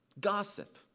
Gossip